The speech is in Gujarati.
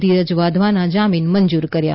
ધીરજ વાધવાના જામીન મંજૂર કર્યા